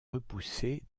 repoussé